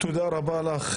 תודה רבה לך,